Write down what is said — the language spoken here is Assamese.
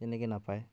তেনেকৈ নাপায়